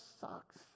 sucks